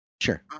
Sure